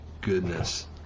goodness